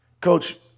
Coach